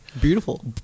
Beautiful